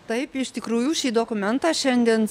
taip iš tikrųjų šį dokumentą šiandien